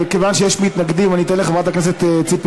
כיוון שיש מתנגדים אני אתן לחברת הכנסת ציפי